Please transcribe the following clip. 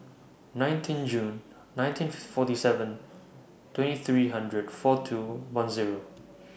nineteen June nineteen forty seven twenty three hundred four two one Zero